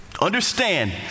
Understand